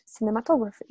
cinematography